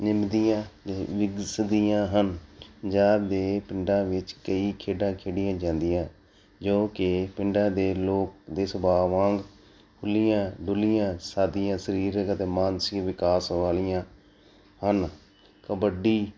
ਨਿਮਦੀਆਂ ਵਿਗਸਦੀਆਂ ਹਨ ਪੰਜਾਬ ਦੇ ਪਿੰਡਾਂ ਵਿੱਚ ਕਈ ਖੇਡਾਂ ਖੇਡੀਆਂ ਜਾਂਦੀਆਂ ਜੋ ਕਿ ਪਿੰਡਾਂ ਦੇ ਲੋਕ ਦੇ ਸੁਭਾਅ ਵਾਂਗ ਖੁੱਲ੍ਹੀਆਂ ਡੁੱਲੀਆਂ ਸਾਦੀਆਂ ਸਰੀਰਿਕ ਅਤੇ ਮਾਨਸਿਕ ਵਿਕਾਸ ਵਾਲੀਆਂ ਹਨ ਕਬੱਡੀ